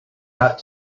out